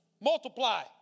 multiply